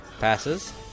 Passes